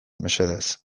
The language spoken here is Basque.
mesedez